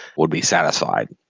would be satisfied.